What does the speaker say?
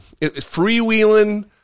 Freewheeling